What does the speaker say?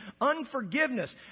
Unforgiveness